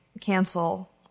cancel